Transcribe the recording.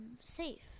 safe